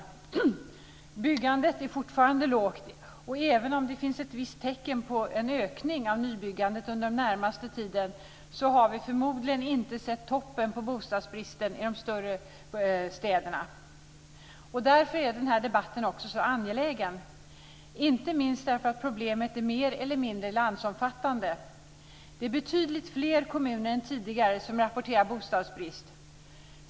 Byggandet är fortfarande lågt, och även om det finns vissa tecken på en ökning av nybyggandet under den närmaste tiden har vi förmodligen inte sett toppen på bostadsbristen i de större städerna. Därför är den här debatten oerhört angelägen - inte minst också därför att problemet är mer eller mindre landsomfattande. Det är betydligt fler kommuner än tidigare som rapporterar bostadsbrist.